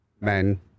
men